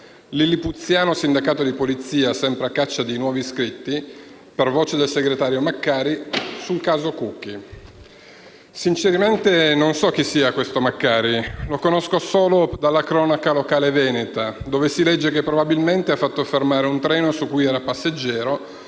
lillipuziano sindacato di Polizia sempre a caccia di nuovi iscritti, per voce del segretario Maccari. Sinceramente non so chi sia Maccari, lo conosco solo dalla cronaca locale veneta, dove si legge che probabilmente ha fatto fermare un treno su cui viaggiava